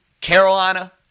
Carolina